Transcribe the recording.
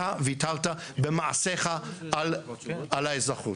אתה ויתרת במעשיך על האזרחות.